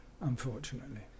Unfortunately